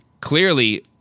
clearly